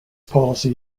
policy